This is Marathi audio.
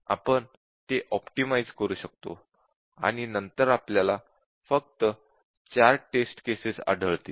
आपण ते ऑप्टिमाइझ करू शकतो आणि नंतर आपल्याला फक्त चार टेस्ट केसेस आढळतील